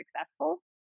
successful